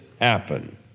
happen